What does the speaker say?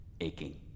aching